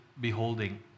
beholding